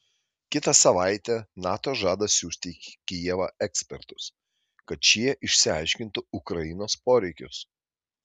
kitą savaitę nato žada siųsti į kijevą ekspertus kad šie išsiaiškintų ukrainos poreikius